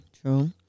true